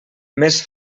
més